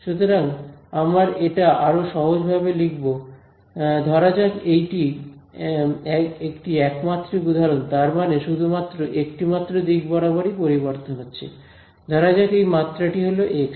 সুতরাং আমরা এটা আরও সহজ ভাবে লিখব ধরা যাক এইদিকে একটি একমাত্রিক উদাহরণ তার মানে শুধুমাত্র একটি মাত্র দিক বরাবরই পরিবর্তন হচ্ছে ধরা যাক এই মাত্রা টি হল এক্স